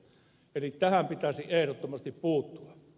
eli tähän pitäisi ehdottomasti puuttua